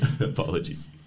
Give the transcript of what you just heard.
apologies